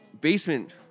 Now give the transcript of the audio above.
basement